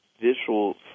visual